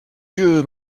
dieu